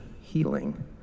healing